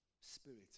Spirit